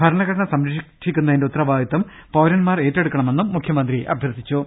ഭരണഘടന സംരക്ഷിക്കുന്നതിന്റെ ഉത്തരവാദിത്തം പൌരൻമാർ ഏറ്റെടുക്കണമെന്നും മുഖ്യമന്ത്രി അഭ്യർഥിച്ചു